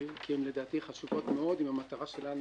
כי לדעתי הן חשובות מאוד אם המטרה שלנו